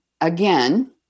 again